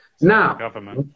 Now